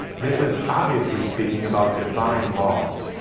this is obviously speaking about divine laws.